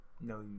No